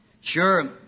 sure